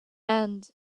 and